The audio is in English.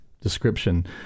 description